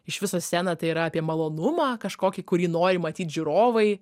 iš viso scena tai yra apie malonumą kažkokį kurį nori matyt žiūrovai